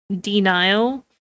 denial